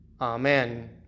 Amen